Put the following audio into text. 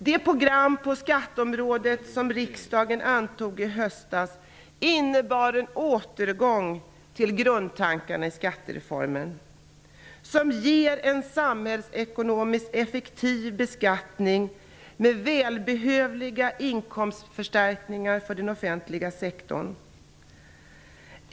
Det program på skatteområdet som riksdagen antog i höstas innebar en återgång till grundtankarna i skattereformen, som ger en samhällsekonomiskt effektiv beskattning med välbehövliga inkomstförstärkningar för den offentliga sektorn.